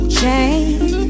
change